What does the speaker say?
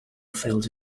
fields